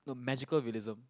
the magical realism